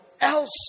else